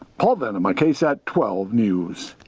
paul venema ksat twelve news.